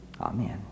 Amen